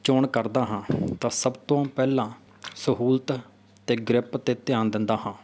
ਚੋਣ ਕਰਦਾ ਹਾਂ ਤਾਂ ਸਭ ਤੋਂ ਪਹਿਲਾਂ ਸਹੂਲਤ ਅਤੇ ਗਰਿਪ 'ਤੇ ਧਿਆਨ ਦਿੰਦਾ ਹਾਂ